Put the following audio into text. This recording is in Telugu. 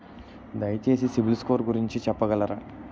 దయచేసి సిబిల్ స్కోర్ గురించి చెప్పగలరా?